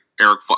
Eric